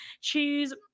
choose